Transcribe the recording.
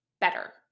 better